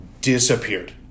disappeared